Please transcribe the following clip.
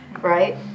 Right